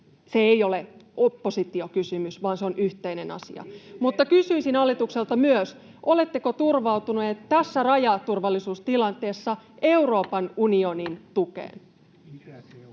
se ei ole oppositiokysymys vaan se on yhteinen asia. [Ben Zyskowicz: Miksi teette siitä sellaisen?] Kysyisin hallitukselta myös: oletteko turvautuneet tässä rajaturvallisuustilanteessa Euroopan unionin tukeen?